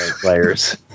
players